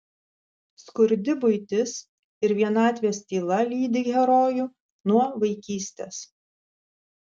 skurdi buitis ir vienatvės tyla lydi herojų nuo vaikystės